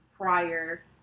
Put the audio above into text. prior